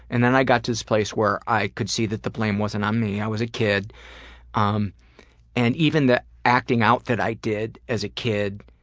and then i got to this place where i could see that the blame wasn't on me. i was a kid um and even the acting out that i did as a kid,